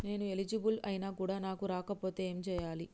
నేను ఎలిజిబుల్ ఐనా కూడా నాకు రాకపోతే ఏం చేయాలి?